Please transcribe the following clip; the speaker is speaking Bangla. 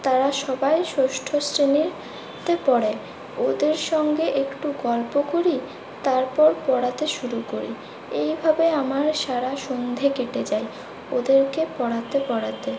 তারা সবাই ষষ্ঠ শ্রেণী তে পড়ে ওদের সঙ্গে একটু গল্প করি তারপর পড়াতে শুরু করি এইভাবে আমার সারা সন্ধে কেটে যায় ওদেরকে পড়াতে পড়াতে